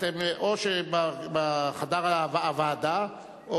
או בחדר הוועדה או